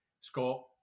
Scott